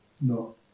No